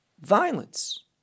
violence